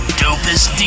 dopest